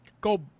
go